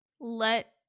let